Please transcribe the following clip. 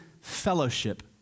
fellowship